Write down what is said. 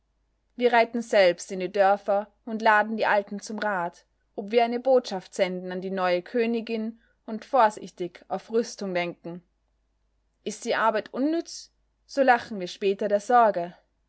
wir reiten selbst in die dörfer und laden die alten zum rat ob wir eine botschaft senden an die neue königin und vorsichtig auf rüstung denken ist die arbeit unnütz so lachen wir später der sorge